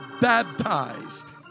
baptized